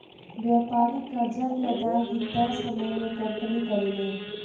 व्यापारिक कर्जा के अदायगी तय समय में कंपनी करेले